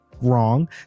wrong